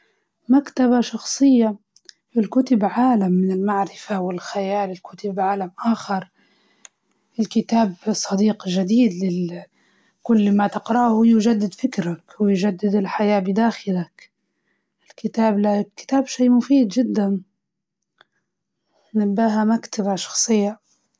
مكتبة شخصية، الكتب تفتح عجلك وتخليك تعيش في عوالم ثانية، أما اللوحات حلوة هيك تشوفها بس، بس ما بعطيك نفس العمق اللي يكون في الكتب.